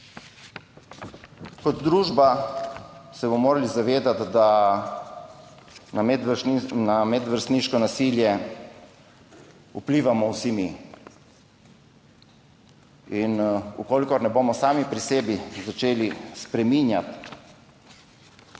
Kot družba se bomo morali zavedati, da na medvrstniško nasilje vplivamo vsi mi in če ne bomo sami pri sebi začeli spreminjati načina